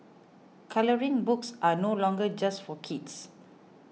colouring books are no longer just for kids